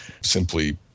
simply